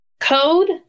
code